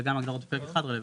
וגם הגדרות ב1 רלוונטיות.